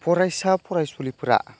फरायसा फरायसुलिफोरा